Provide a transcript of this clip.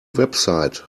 website